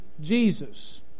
Jesus